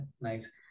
Nice